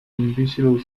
invisible